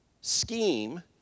scheme